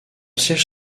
siège